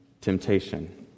temptation